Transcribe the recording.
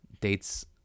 dates